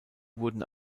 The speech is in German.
wurden